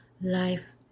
life